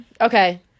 Okay